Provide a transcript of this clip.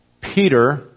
Peter